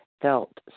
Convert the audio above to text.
felt